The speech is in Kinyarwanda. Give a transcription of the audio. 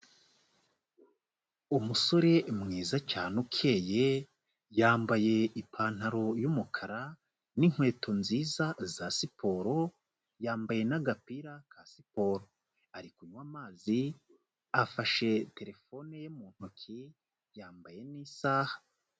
Umusore mwiza cyane ukeye, yambaye ipantaro y'umukara n'inkweto nziza za siporo, yambaye n'agapira ka siporo, ari kunywa amazi, afashe telefone ye mu ntoki, yambaye n'isaha.